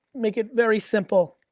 make it very simple,